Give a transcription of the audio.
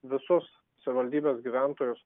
visus savivaldybės gyventojus